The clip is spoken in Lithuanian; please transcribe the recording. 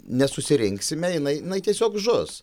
nesusirinksime jinai nai tiesiog žus